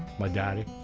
my daddy.